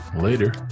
Later